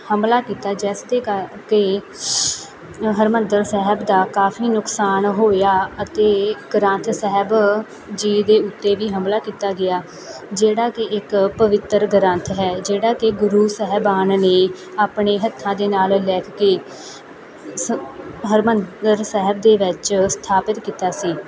ਹਮਲਾ ਕੀਤਾ ਜਿਸ ਦੇ ਕਾ ਕੇ ਹਰਿਮੰਦਰ ਸਾਹਿਬ ਦਾ ਕਾਫ਼ੀ ਨੁਕਸਾਨ ਹੋਇਆ ਅਤੇ ਗ੍ਰੰਥ ਸਾਹਿਬ ਜੀ ਦੇ ਉੱਤੇ ਵੀ ਹਮਲਾ ਕੀਤਾ ਗਿਆ ਜਿਹੜਾ ਕਿ ਇੱਕ ਪਵਿੱਤਰ ਗ੍ਰੰਥ ਹੈ ਜਿਹੜਾ ਕਿ ਗੁਰੂ ਸਾਹਿਬਾਨ ਨੇ ਆਪਣੇ ਹੱਥਾਂ ਦੇ ਨਾਲ ਲਿਖ ਕੇ ਸ ਹਰਿਮੰਦਰ ਸਾਹਿਬ ਦੇ ਵਿੱਚ ਸਥਾਪਿਤ ਕੀਤਾ ਸੀ